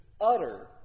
utter